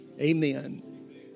Amen